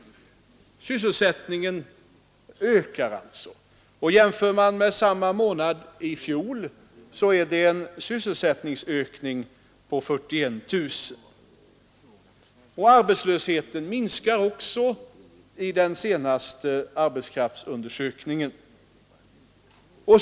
Sysselsättningen stiger alltså. Jämför man med samma månad i fjol finner man att antalet sysselsatta ökat med 41 000. Den senaste arbetsmarknadsundersökningen visar också att arbetslösheten minskar.